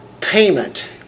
payment